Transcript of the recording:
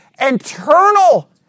internal